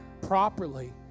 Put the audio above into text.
properly